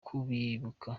kubibuka